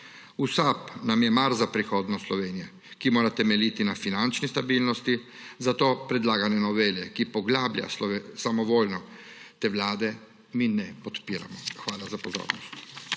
V SAB nam je mar za prihodnost Slovenije, ki mora temeljiti na finančni stabilnosti, zato predlagane novele, ki poglablja samovoljo te vlade, mi ne podpiramo. Hvala za pozornost.